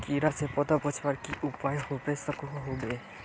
कीड़ा से पौधा बचवार की की उपाय होबे सकोहो होबे?